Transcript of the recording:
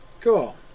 Cool